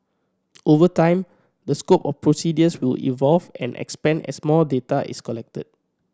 over time the scope of procedures will evolve and expand as more data is collected